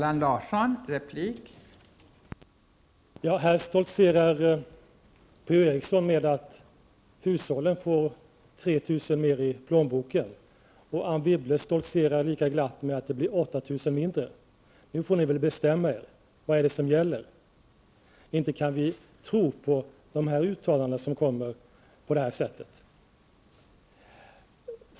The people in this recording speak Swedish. Fru talman! P-O Eriksson stoltserar med att hushållen får 3 000 mer i plånboken, och Anne Wibble stoltserar lika glatt med att det blir 8 000 mindre. Nu får ni väl bestämma er. Vad är det som gäller? Inte kan vi tro på uttalanden som görs på det här sättet.